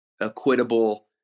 equitable